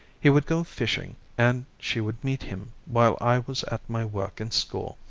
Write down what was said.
he would go fishing, and she would meet him while i was at my work in school.